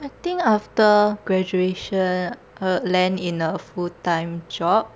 I think after graduation I would land in a full time job